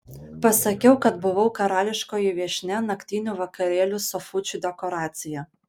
pasakiau kad buvau karališkoji viešnia naktinių vakarėlių sofučių dekoracija